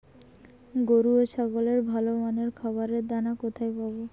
গরু ও ছাগলের ভালো মানের খাবারের দানা কোথায় পাবো?